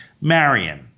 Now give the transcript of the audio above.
Marion